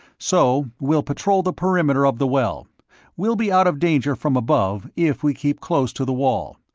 so we'll patrol the perimeter of the well we'll be out of danger from above if we keep close to the wall.